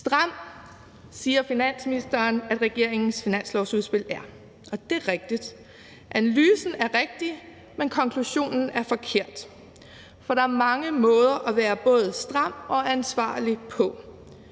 – det siger finansministeren regeringens finanslovsudspil er. Og det er rigtigt, analysen er rigtig, men konklusionen er forkert. For der er mange måder at være både stram og ansvarlig på.